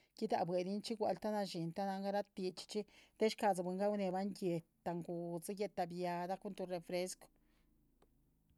Gi´dahan bue´linchi tin gua´lu ta nazhiin del clasxhi buiinn- gauneban guéha guu´tsi o guehta biahda cun tu refrescu.